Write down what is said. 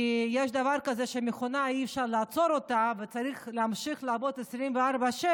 כי יש דבר כזה שאי-אפשר לעצור מכונה וצריך להמשיך לעבוד 24/7,